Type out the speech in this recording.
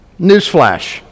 Newsflash